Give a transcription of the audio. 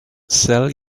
sell